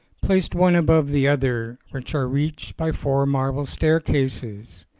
placed one above the other, which are reached by four marble staircases,